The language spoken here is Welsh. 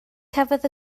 cafodd